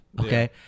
okay